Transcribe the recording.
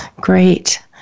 Great